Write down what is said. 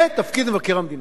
זה תפקיד מבקר המדינה.